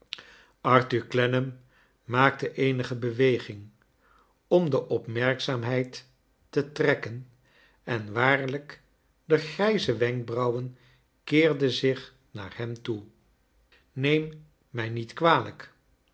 arthur clennam maakte eenige bewaging om de opmerkzaamheid te trekken en waariijk de grijze wenkbrauwen keerden zich naar hem toe ls t eem mij niet kwalijk